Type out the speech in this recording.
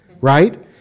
Right